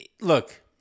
look